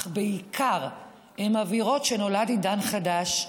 אך בעיקר הן מבהירות שנולד עידן חדש,